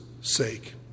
sake